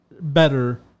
better